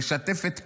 היא משתפת פעולה.